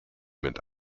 mit